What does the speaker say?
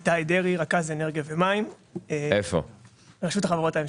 אני רכז אנרגיה ומים מרשות החברות הממשלתיות.